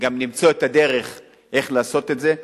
גם למצוא את הדרך איך לעשות את זה.